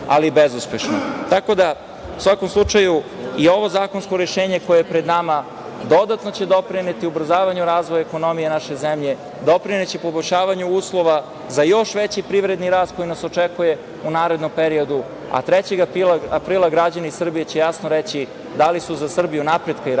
ali bezuspešno. Tako da, u svakom slučaju, i ovo zakonsko rešenje koje je pred nama dodatno će doprineti ubrzavanju razvoja ekonomije naše zemlje, doprineće poboljšavanju uslova za još veći privredni rast koji nas očekuje u narednom periodu, a 3. aprila građani Srbije će jasno reći da li su za Srbiju napretka i razvoja